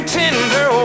tender